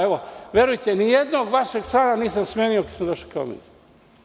Evo, verujte, nijednog vašeg člana nisam smenio kada sam došao kao ministar.